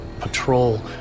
patrol